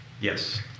Yes